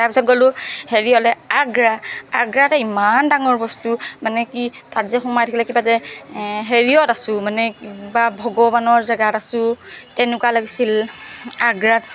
তাৰপিছত গ'লো হেৰিয়লৈ আগ্ৰা আগ্ৰাতে ইমান ডাঙৰ বস্তু মানে কি তাত যে সোমাই থাকিলে কিবা যে হেৰিয়ত আছোঁ মানে কিবা ভগৱানৰ জেগাত আছোঁ তেনেকুৱা লাগিছিল আগ্ৰাত